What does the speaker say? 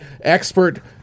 expert